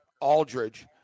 Aldridge